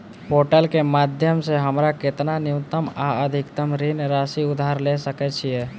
Portal केँ माध्यम सऽ हमरा केतना न्यूनतम आ अधिकतम ऋण राशि उधार ले सकै छीयै?